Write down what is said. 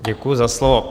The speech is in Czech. Děkuji za slovo.